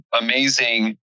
amazing